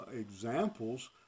examples